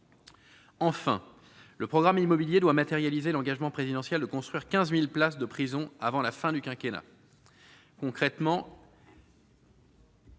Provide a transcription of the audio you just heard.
Enfin, le programme immobilier doit matérialiser l'engagement présidentiel de construire 15000 places de prison avant la fin du quinquennat